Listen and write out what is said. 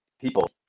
people